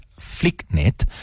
Flicknet